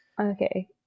Okay